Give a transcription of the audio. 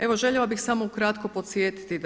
Evo željela bih samo ukratko podsjetiti